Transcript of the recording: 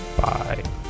Bye